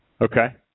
Okay